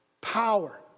power